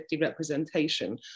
representation